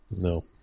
No